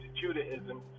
Judaism